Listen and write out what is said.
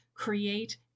Create